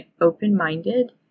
open-minded